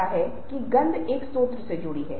तीसरा यह है कि विचलित होने की प्रवृत्ति से बचना चाहिए